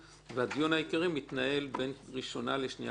והדיון העיקרי מתנהל בין שנייה לשלישית.